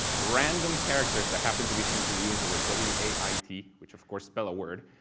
random characters that happen to be shown to the user were w, a, i, t, which of course spell a word.